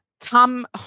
Tom